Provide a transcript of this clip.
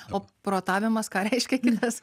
o protavimas ką reiškia kitas